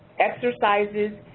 exercises,